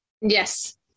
Yes